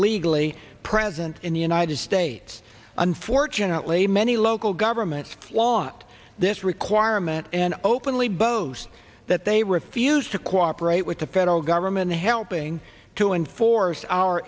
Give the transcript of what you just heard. legally present in the united states unfortunately many local governments want this requirement and openly boast that they refuse to cooperate with the federal government helping to enforce our